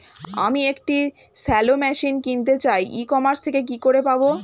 আমি একটি shallow machine কিনতে চাই ই কমার্স থেকে কি করে পাবো?